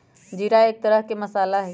जीरा एक तरह के मसाला हई